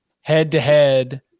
head-to-head